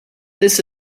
this